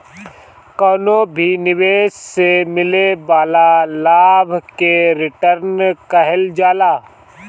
कवनो भी निवेश से मिले वाला लाभ के रिटर्न कहल जाला